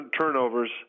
turnovers